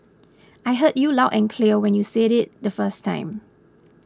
I heard you loud and clear when you said it the first time